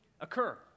occur